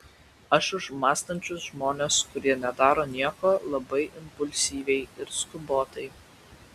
aš už mąstančius žmones kurie nedaro nieko labai impulsyviai ir skubotai